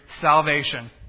salvation